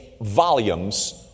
volumes